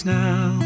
now